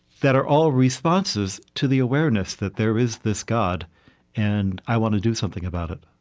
that are all responses to the awareness that there is this god and i want to do something about it